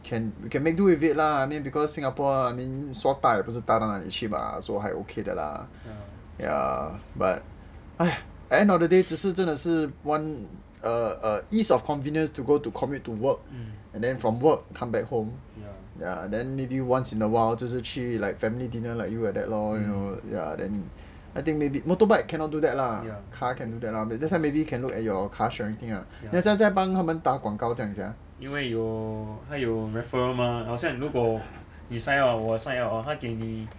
can we can make do with it lah I mean because singapore 说大也不不是大到哪里去 lah so 还 okay 的 lah at the end of the day 只是真的是 err err ease of convenience to go to commute to work and then from work come back home ya then maybe once in awhile 就是去 like family dinner like you like that lor you know ya then I think maybe motorbike cannot do that lah car can do that lah so maybe you can look at your car sharing thing ah 好像在帮他打广告这样 sia